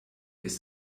ist